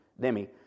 Demi